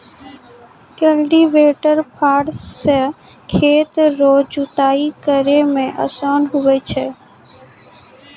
cultivator फार से खेत रो जुताइ करै मे आसान हुवै छै